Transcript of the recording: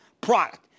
product